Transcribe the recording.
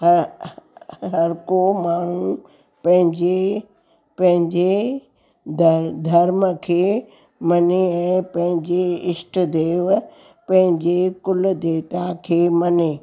हर को माण्हू पंहिंजी पंहिंजे धर धर्म खे मञे ऐं पंहिंजे इष्टदेव पंहिंजे कुल देवता खे मञे